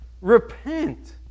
Repent